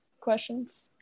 questions